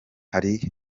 hari